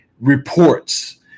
reports